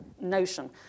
notion